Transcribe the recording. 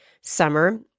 summer